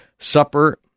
Supper